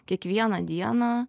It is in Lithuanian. kiekvieną dieną